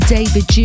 David